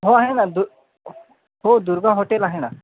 हो आहे ना दु हो दुर्गा हॉटेल आहे ना